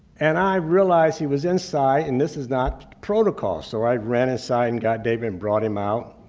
and i realized he was inside and this is not protocol. so i ran inside and got david and brought him out.